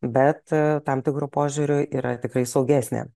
bet tam tikru požiūriu yra tikrai saugesnė